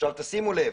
עכשיו תשימו לב,